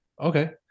Okay